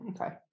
okay